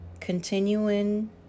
continuing